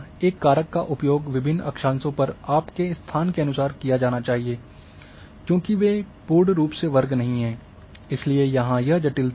एक कारक का उपयोग विभिन्न अक्षांशों पर आपके स्थान के अनुसार किया जाना चाहिए क्योंकि वे पूर्ण वर्ग नहीं हैं इसलिए यहाँ यह जटिलता है